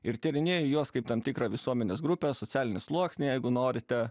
ir tyrinėju juos kaip tam tikrą visuomenės grupę socialinį sluoksnį jeigu norite